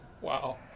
wow